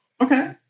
Okay